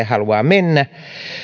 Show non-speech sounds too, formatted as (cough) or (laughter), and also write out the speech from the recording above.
(unintelligible) haluaa mennä